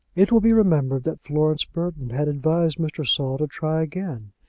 it will be remembered that florence burton had advised mr. saul to try again,